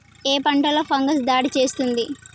ఏ పంటలో ఫంగస్ దాడి చేస్తుంది?